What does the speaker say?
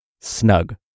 Snug